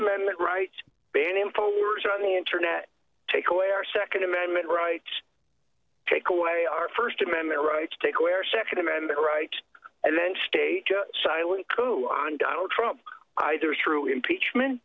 amendment rights ban infowars on the internet take away our second amendment rights take away our first amendment rights take away our second amendment rights and then stay silent coup on donald trump either through impeachment